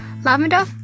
Lavender